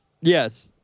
Yes